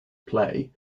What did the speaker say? play